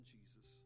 Jesus